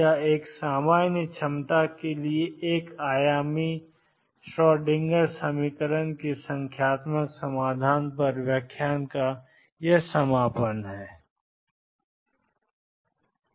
यह एक सामान्य क्षमता के लिए एक आयाम में श्रोडिंगर समीकरण के संख्यात्मक समाधान पर व्याख्यान का समापन करता है